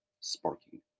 sparking